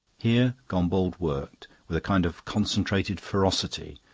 here gombauld worked, with a kind of concentrated ferocity,